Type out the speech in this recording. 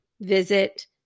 visit